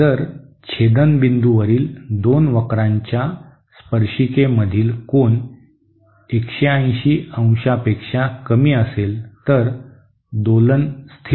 जर छेदनबिंदूवरील दोन वक्रांच्या स्पर्शिकेमधील कोन 180 डिग्रीपेक्षा कमी असेल तर दोलन स्थिर आहे